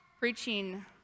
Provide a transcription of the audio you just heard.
preaching